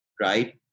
Right